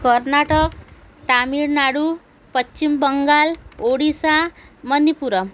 Karnataka Tamil Nadu Paschim Bangal Odisha Manipur